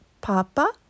Papa